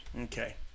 okay